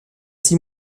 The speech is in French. six